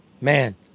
man